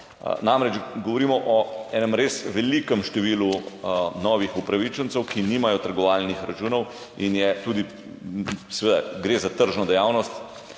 Namreč, govorimo o enem res velikem številu novih upravičencev, ki nimajo trgovalnih računov in seveda gre za tržno dejavnost,